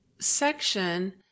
section